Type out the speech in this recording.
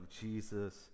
Jesus